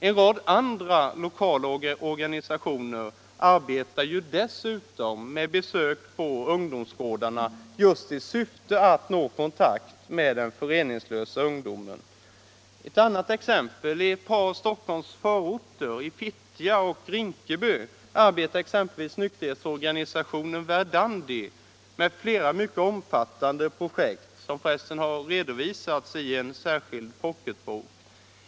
En rad andra lokala organisationer arbetar dessutom med besök på ungdomsgårdarna just i syfte att nå kontakt med den föreningslösa ungdomen. I ett par av Stockholms förorter, Fittja och Rinkeby, arbetar exempelvis nykterhetsorganisationen Verdandi med flera mycket omfattande projekt, som f. ö. har redovisats i en särskild pocketbok.